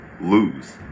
lose